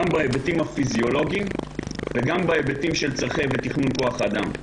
גם בהיבטים הפיזיולוגיים וגם בהיבטים של צרכי כוח אדם ותכנון.